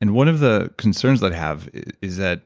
and one of the concerns that i have is that